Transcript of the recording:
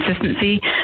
consistency